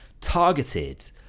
targeted